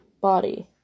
body